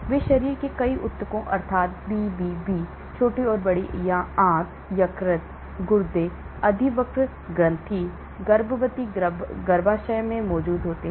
वे शरीर के कई ऊतकों अर्थात् BBB छोटी और बड़ी आंत यकृत गुर्दे अधिवृक्क ग्रंथि गर्भवती गर्भाशय में मौजूद होते हैं